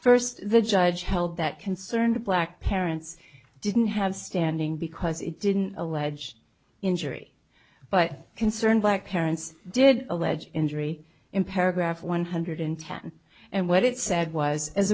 first the judge held that concerned black parents didn't have standing because it didn't allege injury but concern black parents did allege injury in paragraph one hundred ten and what it said was as